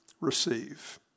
receive